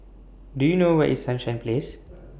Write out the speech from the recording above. Do YOU know Where IS Sunshine Place